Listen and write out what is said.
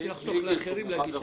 זה יחסוך לאחרים להגיש את זה.